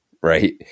right